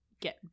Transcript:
get